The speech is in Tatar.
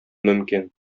мөмкин